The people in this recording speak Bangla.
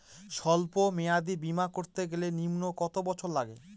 সল্প মেয়াদী বীমা করতে গেলে নিম্ন কত বছর লাগে?